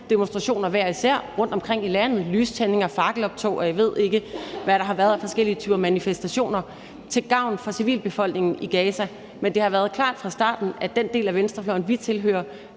Palæstinademonstrationer rundtomkring i landet – lystænding, fakkeloptog, og jeg ved ikke hvad, der har været af forskellige typer manifestationer – til gavn for civilbefolkningen i Gaza. Men det har været klart fra starten, at den del af venstrefløjen, vi tilhører,